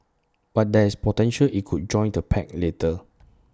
but there's potential IT could join the pact later